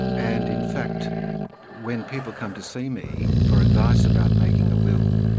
and in fact when people come to see me for advice about making a will,